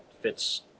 fits